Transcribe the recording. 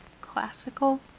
classical